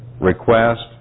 request